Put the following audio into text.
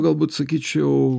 galbūt sakyčiau